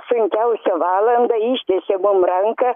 sunkiausią valandą ištiesė mum ranką